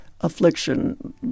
affliction